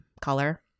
color